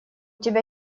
тебя